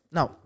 Now